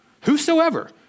whosoever